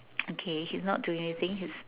okay he is not doing anything he's